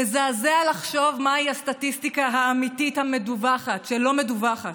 מזעזע לחשוב מהי הסטטיסטיקה האמיתית שלא מדווחת.